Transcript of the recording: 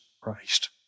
Christ